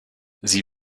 sie